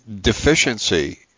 deficiency